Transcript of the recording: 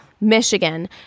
michigan